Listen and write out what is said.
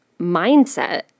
mindset